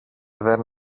δεν